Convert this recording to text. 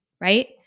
right